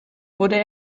wurde